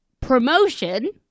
promotion